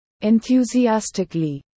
enthusiastically